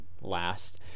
last